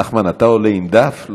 אדוני, נחמן, אתה עולה עם דף?